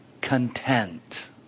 content